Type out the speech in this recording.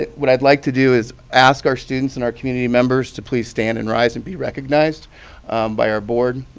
ah what i'd like to do is ask our students and our community members to please stand, and rise, and be recognized by our board.